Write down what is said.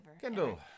Kendall